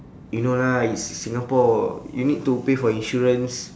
you know lah is singapore you need to pay for insurance